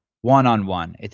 One-on-one